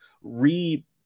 re